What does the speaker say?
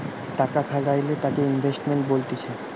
টাকা খাটাইলে তাকে ইনভেস্টমেন্ট বলতিছে